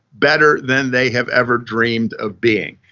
better than they have ever dreamed of being.